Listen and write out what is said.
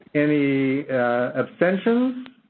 any abstentions?